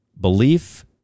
belief